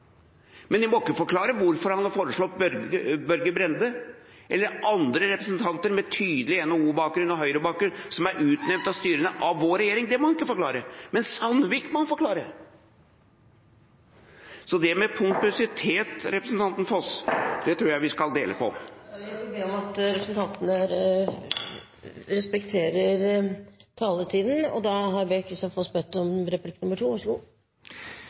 Men han må ikke forklare hvorfor han hadde foreslått Børge Brende eller andre representanter med tydelig NHO-bakgrunn og Høyre-bakgrunn som er utnevnt av styrene av vår regjering. Det må han ikke forklare. Men Sandvik må han forklare. Så det med pompøsitet, representant Foss, tror jeg vi skal dele på. Jeg vil be om at representantene respekterer taletiden. Det å beskylde opposisjonslederen Erna Solberg for å be om